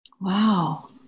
Wow